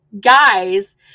guys